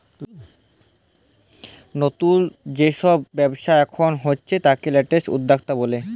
লতুল যে সব ব্যবচ্ছা এখুন হয়ে তাকে ন্যাসেন্ট উদ্যক্তা ব্যলে